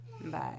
Bye